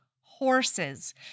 horses